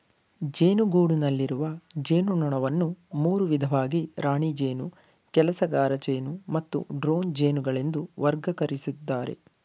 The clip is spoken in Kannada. ಜೇನುಗೂಡಿನಲ್ಲಿರುವ ಜೇನುನೊಣವನ್ನು ಮೂರು ವಿಧವಾಗಿ ರಾಣಿ ಜೇನು ಕೆಲಸಗಾರಜೇನು ಮತ್ತು ಡ್ರೋನ್ ಜೇನುಗಳೆಂದು ವರ್ಗಕರಿಸಿದ್ದಾರೆ